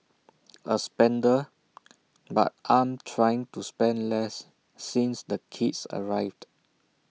A spender but I'm trying to spend less since the kids arrived